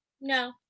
no